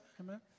Amen